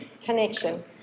Connection